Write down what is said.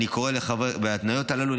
להתניות הללו,